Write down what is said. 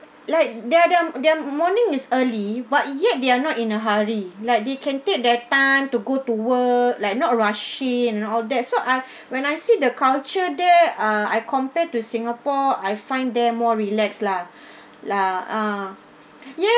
like their their their morning is early but yet they are not in a hurry like they can take their time to go to work like not rushing and all that so I when I see the culture there uh I compare to singapore I find there more relax lah lah ah yes